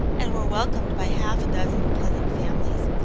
and were welcomed by half a dozen pleasant families,